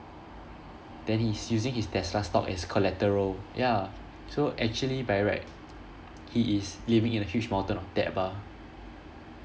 then he's using his tesla stock as collateral ya so actually by right he is living in a huge mountain of debt ah